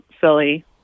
silly